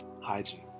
hygiene